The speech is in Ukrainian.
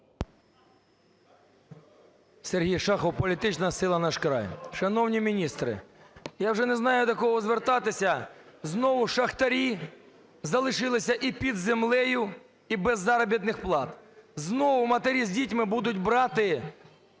Сергій Шахов, політична сила "Наш край". Шановні міністри, я вже не знаю, до кого звертатися. Знову шахтарі залишилися і під землею, і без заробітних плат. Знову матері з дітьми будуть брати